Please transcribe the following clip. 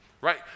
right